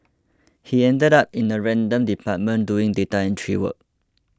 he ended up in a random department doing data entry work